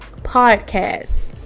Podcast